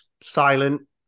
silent